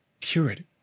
purity